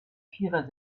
vierer